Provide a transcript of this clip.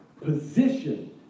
position